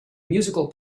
musical